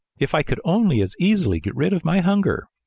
if i could only as easily get rid of my hunger!